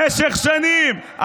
במשך שנים.